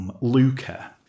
Luca